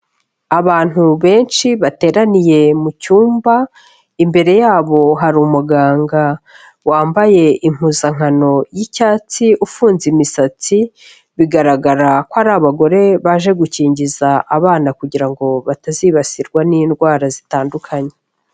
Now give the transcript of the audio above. Abantu benshi bateraniye mu cyumba, imbere yabo hari umuganga wambaye impuzankano y'icyatsi, ufunze imisatsi, bigaragara ko ari abagore baje gukingiza abana kugira ngo ngo batazibasirwa n'indwara zitandukanye.